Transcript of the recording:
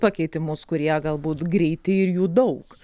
pakeitimus kurie galbūt greiti ir jų daug